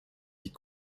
lit